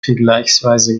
vergleichsweise